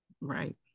Right